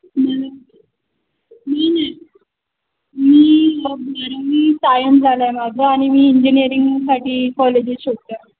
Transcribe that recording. मी मी science झालं आहे माझं आणि मी इंजिनिअरिंगसाठी कॉलेजेस शोधते आहे